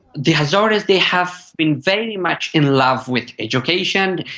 the hazaras, they have been very much in love with education.